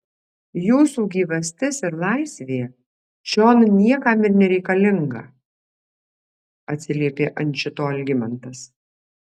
jūsų gyvastis ir laisvė čion niekam ir nereikalinga atsiliepė ant šito algimantas